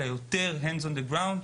אלא יותר hands on the ground.